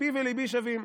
פי וליבי שווים.